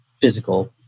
physical